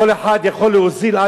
כל אחד יכול להוזיל,